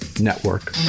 Network